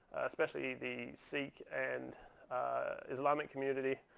especially the sikh and islamic community,